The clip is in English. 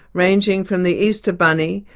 ranging from the easter bunny,